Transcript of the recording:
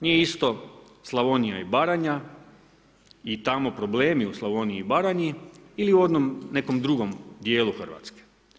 Nije isto Slavonija i Baranja i tamo problemi u Slavoniji i Baranji ili u onom nekom drugom dijelu Hrvatske.